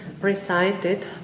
recited